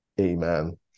Amen